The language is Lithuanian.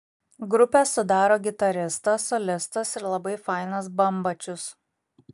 grupę sudaro gitaristas solistas ir labai fainas bambačius